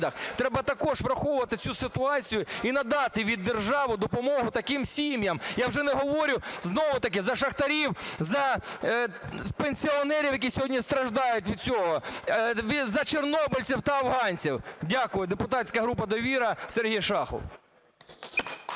Треба також враховувати цю ситуацію і надати від держави допомогу таким сім'ям. Я вже не говорю знову-таки за шахтарів, за пенсіонерів, які сьогодні страждають від цього, за чорнобильців та афганців. Дякую. Депутатська група "Довіра", Сергій Шахов.